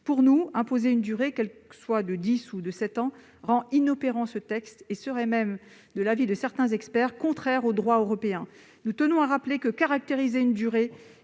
Pour nous, imposer une durée, qu'elle soit de dix ou de sept ans, rend inopérant ce texte et serait même, de l'avis de certains experts, contraire au droit européen. Nous tenons à rappeler que le fait de caractériser une durée